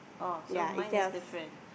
ya itself